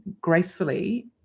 gracefully